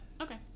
okay